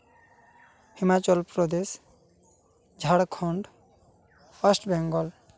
Himachal Pradesh Jharkhand west Bengal